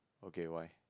okay why